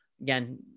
again